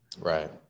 Right